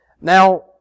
Now